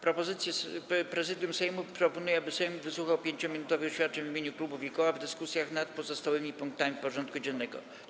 Prezydium Sejmu proponuje, aby Sejm wysłuchał 5-minutowych oświadczeń w imieniu klubów i koła w dyskusjach nad pozostałymi punktami porządku dziennego.